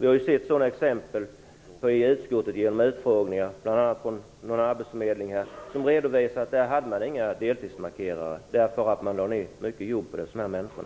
Vi har sett många exempel på detta i utskottet genom utfrågningar. Bl.a. har några arbetsförmedlingar redovisat att de inte hade några deltidsmarkerare därför att de lade ner mycket jobb på dessa människor.